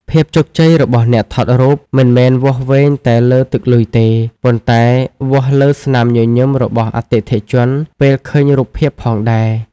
ភាពជោគជ័យរបស់អ្នកថតរូប មិនមែនវាស់វែងតែលើទឹកលុយទេ ប៉ុន្តែវាស់លើស្នាមញញឹមរបស់អតិថិជនពេលឃើញរូបភាពផងដែរ។